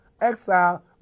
exile